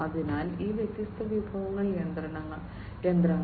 അതിനാൽ ഈ വ്യത്യസ്ത വിഭവങ്ങൾ യന്ത്രങ്ങൾ